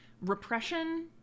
repression